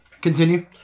Continue